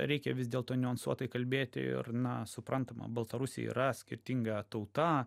reikia vis dėlto niuansuotai kalbėti ir na suprantama baltarusija yra skirtinga tauta